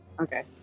Okay